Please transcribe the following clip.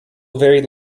very